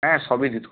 হ্যাঁ সবই দিতো